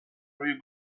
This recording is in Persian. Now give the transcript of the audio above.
روی